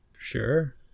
sure